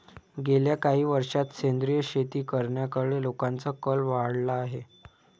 गेल्या काही वर्षांत सेंद्रिय शेती करण्याकडे लोकांचा कल वाढला आहे